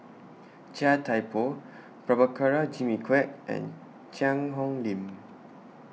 Chia Thye Poh Prabhakara Jimmy Quek and Cheang Hong Lim